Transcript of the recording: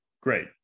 great